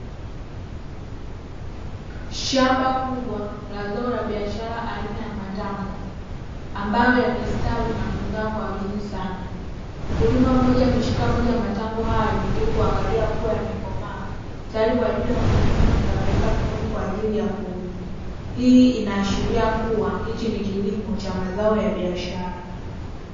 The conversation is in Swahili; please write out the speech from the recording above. Shamba kubwa la zao la biashara aina ya matango ambayo yamestawi na kuzaa kwa wingi saana. Mkulima mmoja ameshika moja ya matango hayo ili kuangalia kuwa yamekomaa tayari kwa ajili ya kuvuna na kuyapeleka sokoni kwa ajili ya kuuzwa. Hii inaashiria kuwa hichi ni kilimo cha mazao ya biashara.